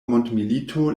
mondmilito